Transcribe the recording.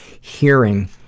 hearing